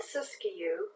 Siskiyou